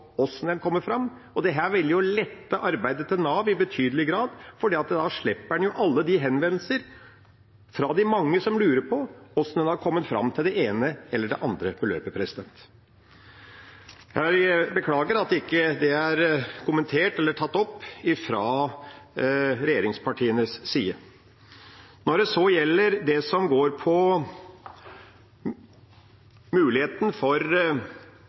en kom fram til det. Dette ville jo lette arbeidet til Nav i betydelig grad, for da slipper en alle de henvendelser fra de mange som lurer på hvordan en har kommet fram til det ene eller det andre beløpet. Jeg beklager at det ikke er kommentert eller tatt opp fra regjeringspartienes side. Når det gjelder det som går på muligheten for